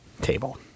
table